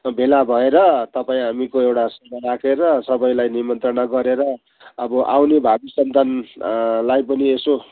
भेला भएर तपाईँ हामीको एउटा सभा राखेर सबैलाई निमन्त्रणा गरेर अब आउने भावी सन्तान लाई पनि यसो